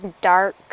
dark